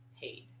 paid